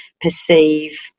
perceive